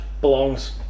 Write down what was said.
belongs